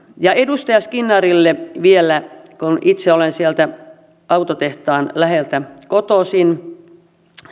edustaja skinnarille vielä itse olen sieltä autotehtaan läheltä kotoisin ja